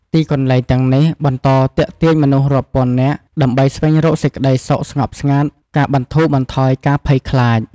ទីកន្លែងទាំងនេះបន្តទាក់ទាញមនុស្សរាប់ពាន់នាក់ ដើម្បីស្វែងរកសេចក្ដីសុខស្ងប់ស្ងាត់ ការបន្ធូរបន្ថយការភ័យខ្លាច។